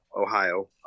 Ohio